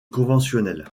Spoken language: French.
conventionnel